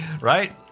Right